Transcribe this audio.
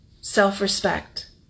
self-respect